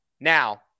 Now